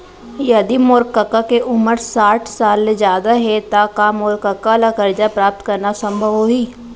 यदि मोर कका के उमर साठ साल ले जादा हे त का मोर कका ला कर्जा प्राप्त करना संभव होही